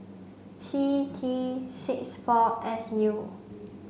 C T six four S U